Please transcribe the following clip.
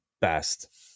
best